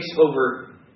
over